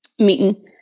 meeting